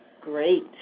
Great